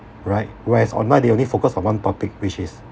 right whereas online they only focus on one topic which is